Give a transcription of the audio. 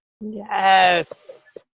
Yes